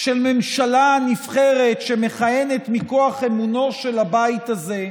של הממשלה הנבחרת שמכהנת מכוח אמונו של הבית הזה,